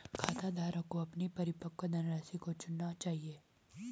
खाताधारक को अपने परिपक्व धनराशि को चुनना चाहिए